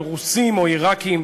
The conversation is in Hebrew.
על רוסים או עיראקים,